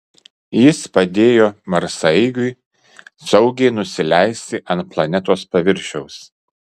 jis padėjo marsaeigiui saugiai nusileisti ant planetos paviršiaus